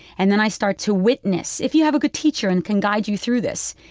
and then i start to witness. if you have a good teacher and can guide you through this,